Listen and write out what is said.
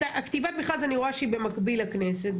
אני רואה שכתיבת המכרז היא במקביל לכנסת,